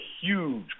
huge